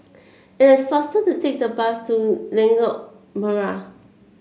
it's faster to take the bus to Lengkok Merak